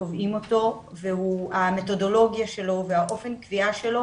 קובעים אותו והמתודולוגיה שלו ואופן הקביעה שלו